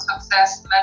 success